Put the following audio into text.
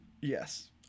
Yes